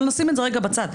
נשים את זה רגע בצד.